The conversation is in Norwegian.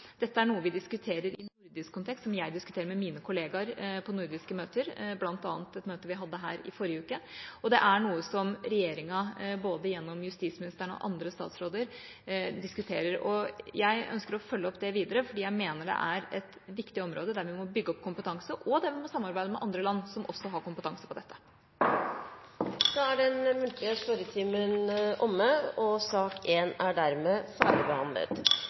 Dette er noe vi diskuterer i nordisk kontekst, som jeg diskuterer med mine kolleger på nordiske møter, bl.a. på et møte vi hadde her i forrige uke. Det er noe som regjeringa, gjennom både justisministeren og andre statsråder, diskuterer. Jeg ønsker å følge det videre opp, for jeg mener det er et viktig område der vi må bygge opp kompetanse, og der vi må samarbeide med andre land som også har kompetanse på dette. Sak nr. 1 er dermed ferdigbehandlet. Før vi går til den ordinære spørretimen,